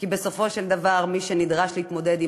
כי בסופו של דבר מי שנדרש להתמודד עם